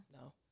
No